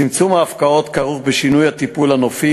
צמצום ההפקעות כרוך בשינוי הטיפול הנופי